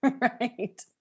right